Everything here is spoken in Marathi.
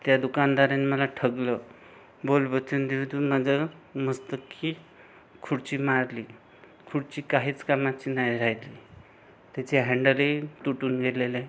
त्या दुकानदाराने मला ठगलं बोलबच्चन देऊदून माझ्या मस्तकी खुर्ची मारली खुर्ची काहीच कामाची नाही राहिली तिचे हँडलही तुटून गेलेले